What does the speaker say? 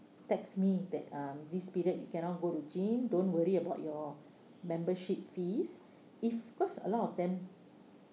text me that uh this period you cannot go to gym don't worry about your membership fees if because a lot of them